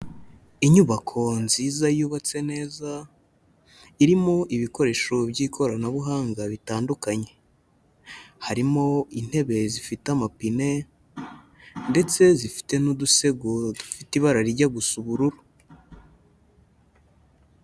Inyubako nziza yubatse neza, irimo ibikoresho by'ikoranabuhanga bitandukanye, harimo intebe zifite amapine, ndetse zifite n'udusego dufite ibara rijya gusa ubururu.